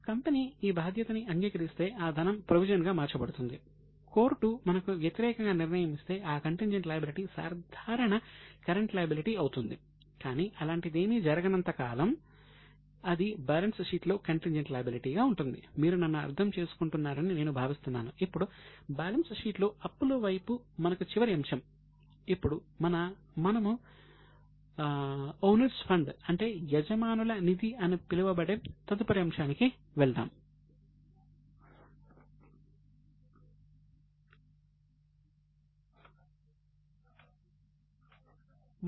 company ఈ బాధ్యతని అంగీకరిస్తే ఆ ధనం ప్రొవిజన్ అంటే యజమానుల నిధి అని పిలువబడే తదుపరి అంశానికి వెళ్తాము